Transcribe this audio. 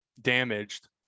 damaged